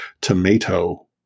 tomato